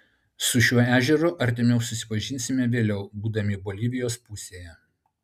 su šiuo ežeru artimiau susipažinsime vėliau būdami bolivijos pusėje